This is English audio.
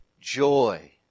Joy